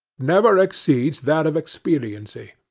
never exceeds that of expediency.